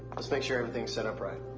let's make sure everything's set up right.